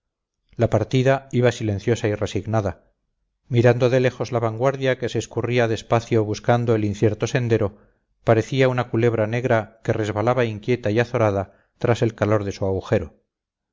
la partida iba silenciosa y resignada mirando de lejos la vanguardia que se escurría despacio buscando el incierto sendero parecía una culebra negra que resbalaba inquieta y azorada tras el calor de su agujero